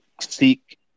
seek